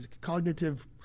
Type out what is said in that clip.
cognitive